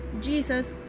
Jesus